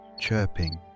chirping